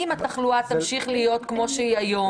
אם התחלואה תמשיך להיות כמו שהיא היום,